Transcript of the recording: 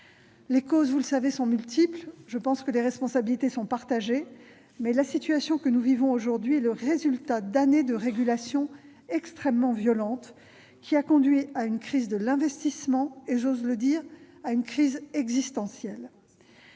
Les causes, vous le savez, sont multiples, et je pense que les responsabilités sont partagées, mais la situation que nous vivons aujourd'hui est le résultat d'années de régulation extrêmement violente, qui a conduit à une crise de l'investissement et, j'ose le dire, à une crise existentielle.